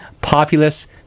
populous